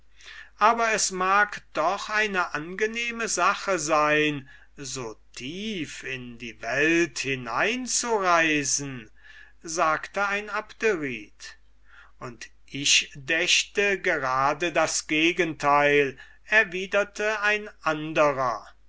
aber es mag doch eine angenehme sache sein so tief in die welt hinein zu reisen sagte ein abderit und ich dächte gerade das gegenteil sprach ein anderer